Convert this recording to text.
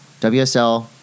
WSL